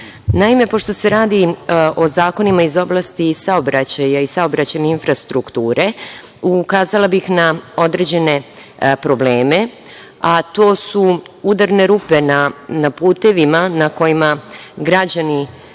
zakon. Naime, pošto se radi o zakonima iz oblasti saobraćaja i saobraćajne infrastrukture ukazala bih na određene probleme. To su udarne rupe na putevima na kojima građani